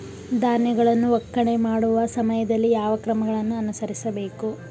ಧಾನ್ಯಗಳನ್ನು ಒಕ್ಕಣೆ ಮಾಡುವ ಸಮಯದಲ್ಲಿ ಯಾವ ಕ್ರಮಗಳನ್ನು ಅನುಸರಿಸಬೇಕು?